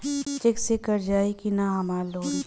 Check से कट जाई की ना हमार लोन?